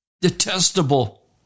detestable